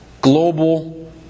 global